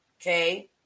okay